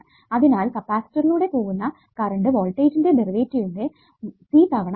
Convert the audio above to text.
അതിനാൽ കപ്പാസിറ്ററിലൂടെ പോകുന്ന കറണ്ട് വോൾട്ടാജിന്റെ ഡെറിവേറ്റീവിന്റെ c തവണ ആണ്